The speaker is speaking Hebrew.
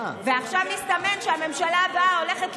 כמו שלא תמנו הרבה שרים וכמו שלא היו נורבגים,